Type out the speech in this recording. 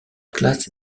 classe